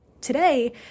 Today